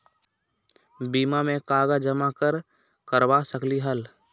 बीमा में कागज जमाकर करवा सकलीहल?